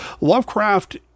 Lovecraft